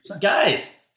Guys